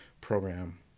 program